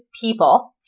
people